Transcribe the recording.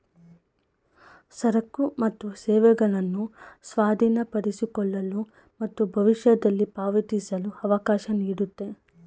ಸರಕು ಮತ್ತು ಸೇವೆಗಳನ್ನು ಸ್ವಾಧೀನಪಡಿಸಿಕೊಳ್ಳಲು ಮತ್ತು ಭವಿಷ್ಯದಲ್ಲಿ ಪಾವತಿಸಲು ಅವಕಾಶ ನೀಡುತ್ತೆ